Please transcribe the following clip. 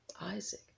Isaac